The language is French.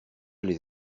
les